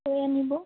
আনিব